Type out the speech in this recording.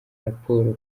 raporo